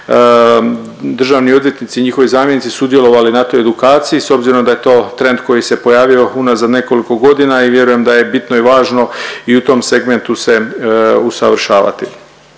državni odvjetnici i njihovi zamjenici sudjelovali na toj edukaciji. S obzirom da je to trend koji se pojavio unazad nekoliko godina i vjerujem da je bitno i važno i u tom segmentu se usavršavati.